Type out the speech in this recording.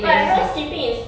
but rope skipping is